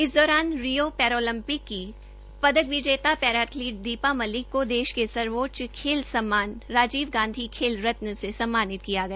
इस दौरान Rio Paralympic की पदक विजेता पैरा एथलीट दीपा मलिक को देश के सर्वोच्च खेल सम्मान राजीव गांधी खेल रत्न से सम्मानित किया गया